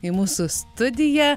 į mūsų studiją